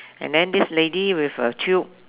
and then this lady with a tube